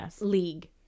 league